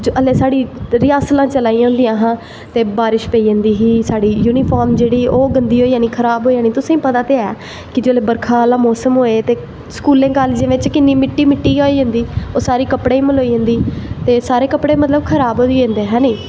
साढ़ी रियासलां चला दियां होंदियां हां बारिश पेई जंदी ही साढ़ी युनिफार्म जेह्ड़ी गंदी होई जंदी ही खऱाब होई जानी तुसेंगी पता ते ऐ जिसले बरखा आह्ला मौसम होए ते स्कूलें कालज़ें बिच्च किन्नी मिट्टी गै मिट्टी होई जंदी सारी कपड़ें गी सलोई जंदी ते ते सारे कपड़े मतलव खराब होई जंदे हैनी